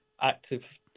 active